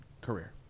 career